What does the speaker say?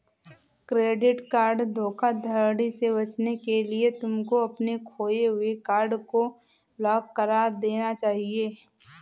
credit card धोखाधड़ी से बचने के लिए तुमको अपने खोए हुए कार्ड को ब्लॉक करा देना चाहिए